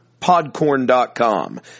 Podcorn.com